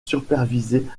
supervisée